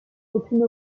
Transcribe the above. aucune